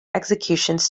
executions